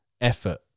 effort